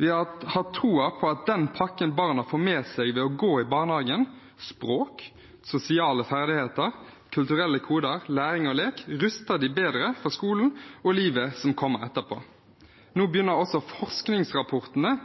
Vi har tro på at den pakken barna får med seg ved å gå i barnehage – språk, sosiale ferdigheter, kulturelle koder, læring og lek – ruster dem bedre til skolen og til livet som kommer etterpå. Nå begynner også forskningsrapportene